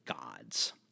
gods